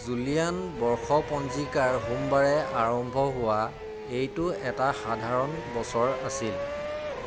Julian বৰ্ষপঞ্জিকাৰ সোমবাৰে আৰম্ভ হোৱা এইটো এটা সাধাৰণ বছৰ আছিল